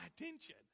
attention